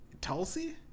Tulsi